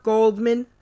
Goldman